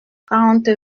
quarante